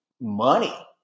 money